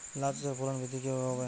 লাউ চাষের ফলন বৃদ্ধি কিভাবে হবে?